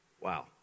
Wow